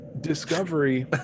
Discovery